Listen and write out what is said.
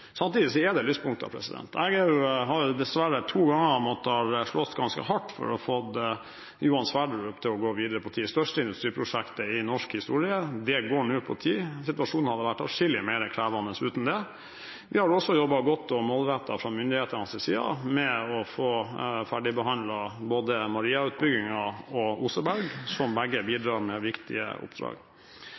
Samtidig er det lyspunkter. Jeg har dessverre to ganger måttet slåss ganske hardt for å få Johan Sverdrup til å gå videre på tid. Det største industriprosjektet i norsk historie går nå på tid. Situasjonen hadde vært atskillig mer krevende uten det. Det har også vært jobbet godt og målrettet fra myndighetenes side med å få ferdigbehandlet både Maria-utbyggingen og Oseberg-utbyggingen, som begge bidrar med viktige oppdrag.